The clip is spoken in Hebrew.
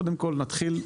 קודם כל, נתחיל,